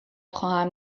خواهم